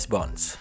Bonds